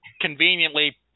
conveniently